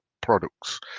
products